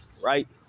Right